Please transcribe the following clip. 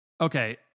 Okay